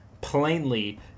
plainly